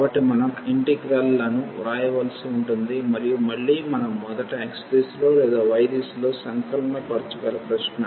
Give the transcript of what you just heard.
కాబట్టి మనం ఇంటిగ్రల్లను వ్రాయవలసి ఉంటుంది మరియు మళ్లీ మనం మొదట x దిశలో లేదా y దిశలో సంకలనపరచగల ప్రశ్న